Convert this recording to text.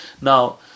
Now